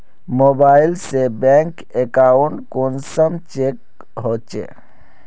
Mobile से bank account कुंसम check होचे?